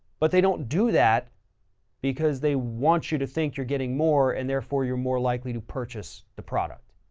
but they don't do that because they want you to think you're getting more and therefore you're more likely to purchase the product.